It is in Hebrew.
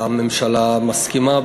הממשלה מסכימה,